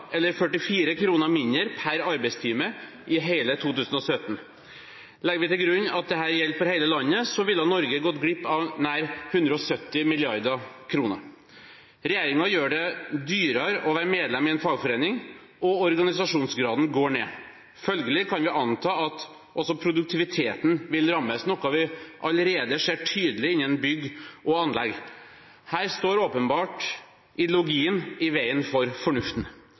eller 44 kr mindre per arbeidstime i hele 2017. Legger vi til grunn at dette gjelder for hele landet, ville Norge gått glipp av nær 170 mrd. kr. Regjeringen gjør det dyrere å være medlem i en fagforening, og organisasjonsgraden går ned. Følgelig kan vi anta at også produktiviteten vil rammes, noe vi allerede ser tydelig innen bygg og anlegg. Her står åpenbart ideologien i veien for fornuften.